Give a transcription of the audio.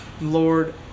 Lord